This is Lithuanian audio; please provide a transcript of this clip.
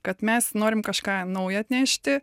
kad mes norim kažką naujo atnešti